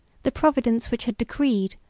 the providence which had decreed,